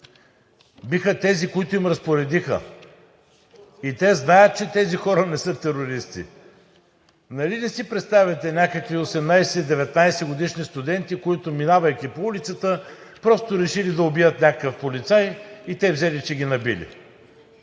Биха тези, които им разпоредиха. И те знаят, че тези хора не са терористи. Нали не си представяте някакви 18-19-годишни студенти, които, минавайки по улицата, просто решили да убият някакъв полицай и те взели, че ги набили?